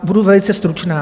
Budu velice stručná.